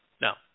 Now